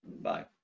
Bye